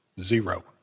zero